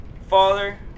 Father